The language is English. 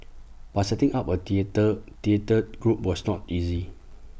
but setting up A theatre theatre group was not easy